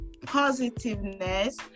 positiveness